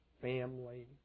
family